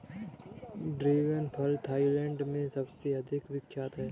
dragon फल Thailand में सबसे अधिक विख्यात है